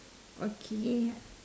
okay